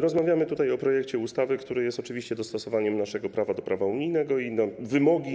Rozmawiamy o projekcie ustawy, który jest oczywiście dostosowaniem naszego prawa do prawa unijnego i wymogów,